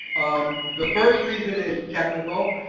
um the first reason is technical,